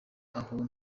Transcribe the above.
aho